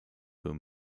whom